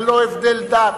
ללא הבדל דת,